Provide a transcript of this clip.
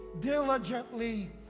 diligently